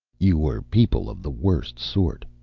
you were people of the worst sort,